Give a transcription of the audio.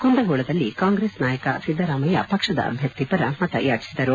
ಕುಂದಗೋಳದಲ್ಲಿ ಕಾಂಗ್ರೆಸ್ ನಾಯಕ ಸಿದ್ದರಾಮಯ್ಯ ಪಕ್ಷದ ಅಭ್ಯರ್ಥಿ ಪರ ಮತಯಾಚಿಸಿದರು